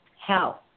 health